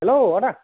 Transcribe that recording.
हेल' आदा